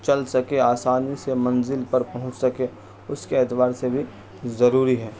چل سکے آسانی سے منزل پر پہنچ سکے اس کے اعتبار سے بھی ضروری ہے